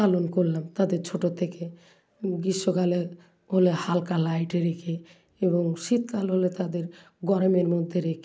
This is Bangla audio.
পালন করলাম তাদের ছোটোর থেকে গ্রীষ্মকালে হলে হালকা লাইটে রেখে এবং শীতকাল হলে তাদের গরমের মধ্যে রেখে